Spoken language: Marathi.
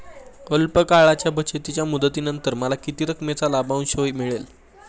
अल्प काळाच्या बचतीच्या मुदतीनंतर मला किती रकमेचा लाभांश मिळेल?